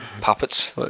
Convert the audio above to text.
puppets